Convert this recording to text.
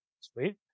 Sweet